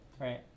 Right